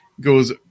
goes